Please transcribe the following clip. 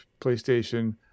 PlayStation